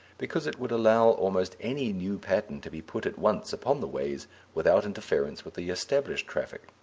because it would allow almost any new pattern to be put at once upon the ways without interference with the established traffic.